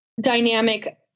dynamic